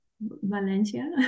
Valencia